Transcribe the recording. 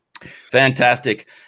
fantastic